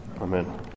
Amen